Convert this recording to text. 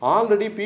Already